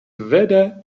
veda